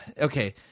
Okay